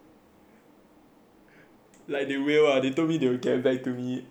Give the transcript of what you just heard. like they will ah they told me they will get back to me when COVID ends ah